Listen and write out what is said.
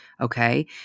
okay